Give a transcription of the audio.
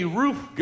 roof